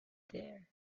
there